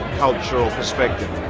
cultural perspective.